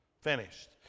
finished